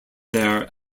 their